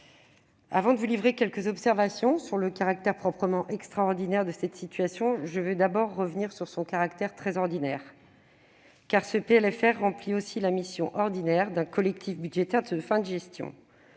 Avant de vous livrer quelques observations sur le caractère proprement extraordinaire de cette situation, je souhaite d'abord revenir sur son caractère très ordinaire. En effet, ce PLFR remplit aussi la mission ordinaire d'un collectif budgétaire de fin de gestion.